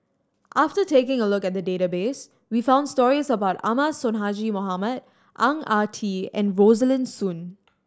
after taking a look at the database we found stories about Ahmad Sonhadji Mohamad Ang Ah Tee and Rosaline Soon